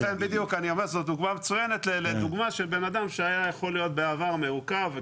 לכן אני אומר שזו דוגמה מצוינת של בן אדם שהיה יכול להיות בעבר מעוכב,